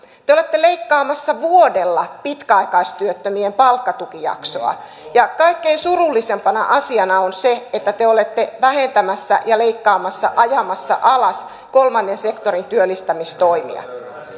te olette leikkaamassa vuodella pitkäaikaistyöttömien palkkatukijaksoa kaikkein surullisimpana asiana on se että te olette vähentämässä ja leikkaamassa ajamassa alas kolmannen sektorin työllistämistoimia